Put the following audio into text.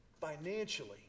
financially